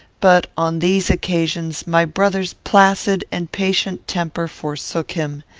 but, on these occasions, my brother's placid and patient temper forsook him.